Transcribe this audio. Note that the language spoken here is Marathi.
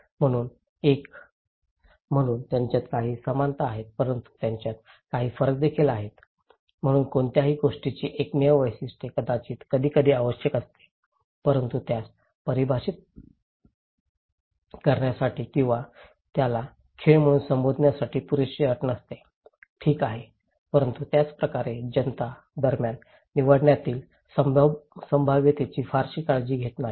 म्हणून एक म्हणून त्यांच्यात काही समानता आहेत परंतु त्यांच्यात काही फरक देखील आहेत म्हणून कोणत्याही गोष्टीची एकमेव वैशिष्ट्य कदाचित कधीकधी आवश्यक असते परंतु त्यास परिभाषित करण्यासाठी किंवा त्याला खेळ म्हणून संबोधण्यासाठी पुरेशी अट नसते ठीक आहे परंतु त्याच प्रकारे जनता दरम्यान निवडण्यातील संभाव्यतेची फारशी काळजी घेत नाही